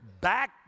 back